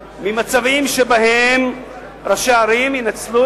זה חוסך מבוכה במצבים שבהם ראשי ערים ינצלו